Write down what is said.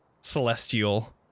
celestial